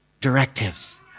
directives